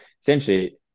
essentially